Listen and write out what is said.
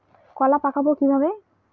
কলা পাকাবো কিভাবে?